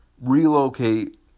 relocate